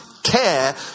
care